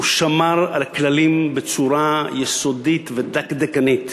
הוא שמר על כללים בצורה יסודית ודקדקנית,